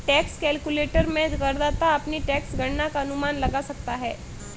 tax calculator में करदाता अपनी टैक्स गणना का अनुमान लगा सकता है